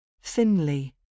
thinly